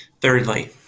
Thirdly